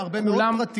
יש הרבה מאוד פרטיים,